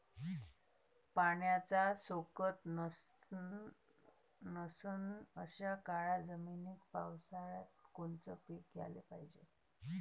पाण्याचा सोकत नसन अशा काळ्या जमिनीत पावसाळ्यात कोनचं पीक घ्याले पायजे?